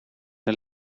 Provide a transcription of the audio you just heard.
een